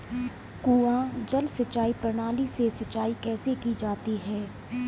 कुआँ जल सिंचाई प्रणाली से सिंचाई कैसे की जाती है?